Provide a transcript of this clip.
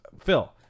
Phil